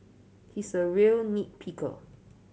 he is a real nit picker